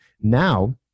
now